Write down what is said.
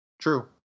True